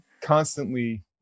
constantly